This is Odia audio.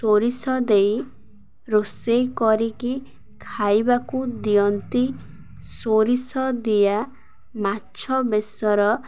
ସୋରିଷ ଦେଇ ରୋଷେଇ କରିକି ଖାଇବାକୁ ଦିଅନ୍ତି ସୋରିଷ ଦିଆ ମାଛ ବେସର